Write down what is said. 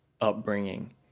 upbringing